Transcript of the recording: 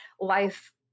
life